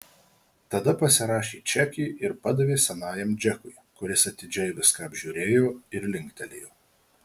tada pasirašė čekį ir padavė senajam džekui kuris atidžiai viską apžiūrėjo ir linktelėjo